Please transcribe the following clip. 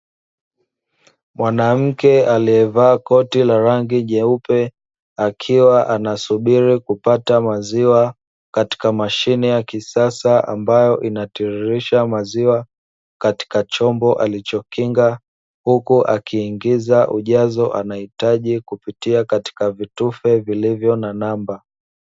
Mwanamke aliyevaa koti la rangi jeupe, akiwa anasubiri kupata maziwa, katika mashine ya kisasa ambayo inatiririsha maziwa, katika chombo alichokinga, huku akiingiza ujazo anahitaji kupitia katika vitufe vilivyo na namba.